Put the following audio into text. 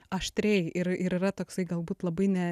aštriai ir ir yra toksai galbūt labai ne